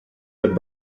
had